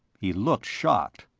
he looked shocked.